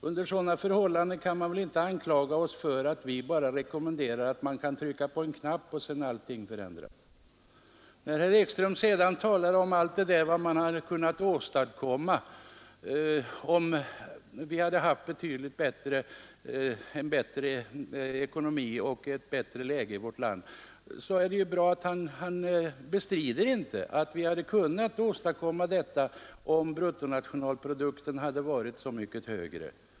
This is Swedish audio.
Under sådana förhållanden kan ni väl inte anklaga oss för att vi skulle rekommendera någonting sådant som att bara trycka på en knapp för att få allt förändrat. När det gäller allt som vi hade kunnat uppnå med en bättre ekonomi i vårt land så är det bra att herr Ekström inte bestrider att vi hade kunnat åstadkomma detta om bruttonationalprodukten hade varit så mycket högre.